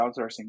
outsourcing